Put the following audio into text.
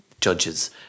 judges